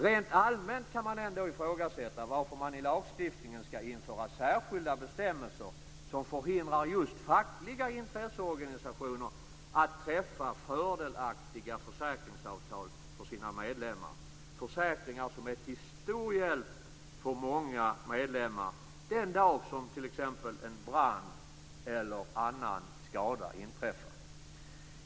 Rent allmänt kan man ändå ifrågasätta varför man i lagstiftningen skall införa särskilda bestämmelser som förhindrar just fackliga intresseorganisationer att träffa fördelaktiga försäkringsavtal för sina medlemmar. Det handlar om försäkringar som är till stor hjälp för många medlemmar den dag som t.ex. en brand eller annan skada inträffar.